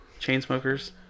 Chainsmokers